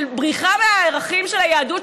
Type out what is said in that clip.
של בריחה מהערכים של היהדות,